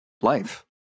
life